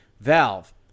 Valve